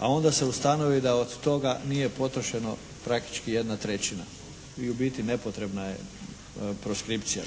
A onda se ustanovi da od toga nije potrošeno praktički jedna trećina. I u biti nepotrebna je proskripcija.